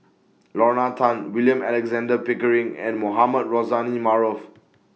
Lorna Tan William Alexander Pickering and Mohamed Rozani Maarof